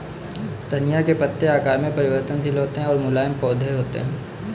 धनिया के पत्ते आकार में परिवर्तनशील होते हैं और मुलायम पौधे होते हैं